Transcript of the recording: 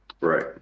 Right